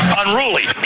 unruly